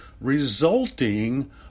resulting